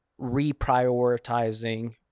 reprioritizing